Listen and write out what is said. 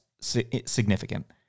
significant